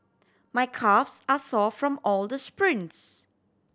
my calves are sore from all the sprints